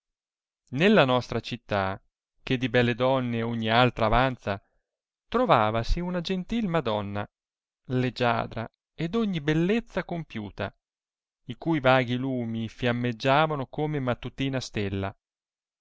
nella nostra città che di belle donne ogni altra avanza trovavasi una gentil madonna leggiadra e d'ogni bellezza compiuta i cui vaghi lumi fiammeggiavano come mattutina stella